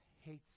hates